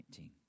19